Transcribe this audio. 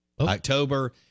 October